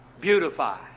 beautify